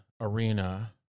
Arena